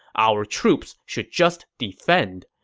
our troops should just defend.